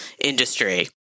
industry